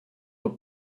not